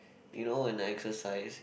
you know when I exercise